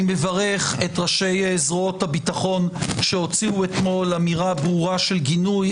אני מברך את ראשי זרועות הביטחון שהוציאו אתמול אמירה ברורה של גינוי,